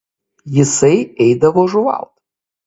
jisai eidavo žuvaut